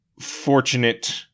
fortunate